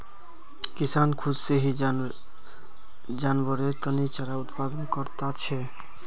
किसान खुद से ही जानवरेर तने चारार उत्पादन करता छे